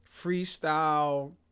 freestyle